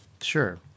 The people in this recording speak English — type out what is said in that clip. Sure